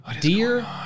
dear